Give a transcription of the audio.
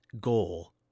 goal